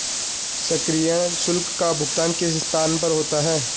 सक्रियण शुल्क का भुगतान किस स्थान पर होता है?